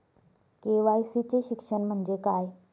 KYC चे शिक्षण म्हणजे काय?